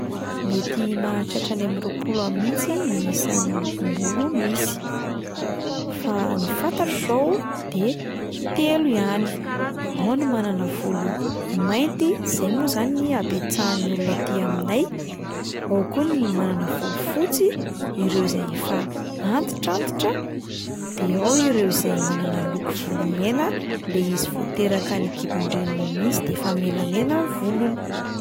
Mety mahatratra any amin'ny roapolo any mihitsy ny isan'ny lokom-bolo misy, fa ny fantatro izao de telo ihany: ao ny manana volo mainty, izay moa izany ny habetsahan'ny olona aty aminay, ao koa ny manana volo fotsy ireo izay efa antintrantitra, de ao ireo izay manana loko volo mena ilay izy vao teraka any an-kibon-dreniny iny mihitsy de efa menamena ny volony.